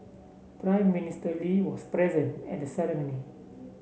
Prime Minister Lee was present at the ceremony